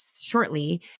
shortly